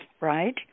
right